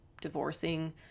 divorcing